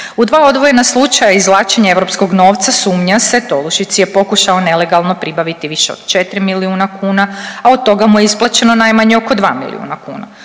U dva odvojena slučaja izvlačenja europskog novca, sumnja se, Tolušić si je pokušao nelegalno pribaviti više od 4 milijuna kuna, a od toga mu je isplaćeno najmanje oko 2 milijuna.